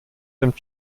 dem